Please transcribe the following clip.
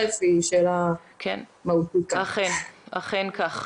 אכן כך.